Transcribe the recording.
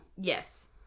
Yes